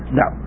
no